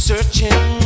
Searching